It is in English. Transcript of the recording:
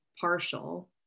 partial